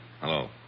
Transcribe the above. hello